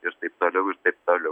ir taip toliau ir taip toliau